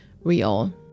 real